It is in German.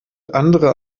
andere